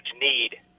need